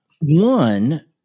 One